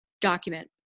document